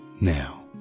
Now